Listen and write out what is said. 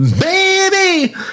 baby